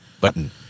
button